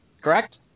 Correct